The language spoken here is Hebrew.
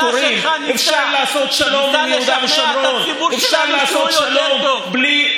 ראש הממשלה שלך ניסה לשכנע את הציבור שלנו שהוא יותר טוב.